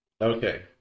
Okay